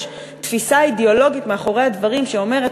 תפיסה אידיאולוגית מאחורי הדברים שאומרת,